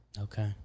Okay